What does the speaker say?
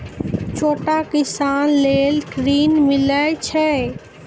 छोटा किसान लेल ॠन मिलय छै?